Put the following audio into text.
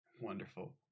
Wonderful